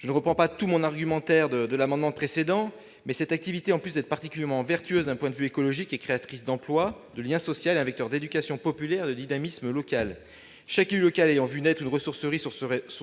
Je ne reprendrai pas tout l'argumentaire que j'ai développé à mon amendement précédent, mais j'indique que cette activité, en plus d'être particulièrement vertueuse d'un point de vue écologique, est créatrice d'emploi, de lien social, est un vecteur d'éducation populaire et de dynamisme local. Chaque élu local ayant vu naître une ressourcerie sur